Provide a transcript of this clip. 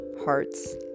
hearts